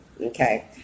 Okay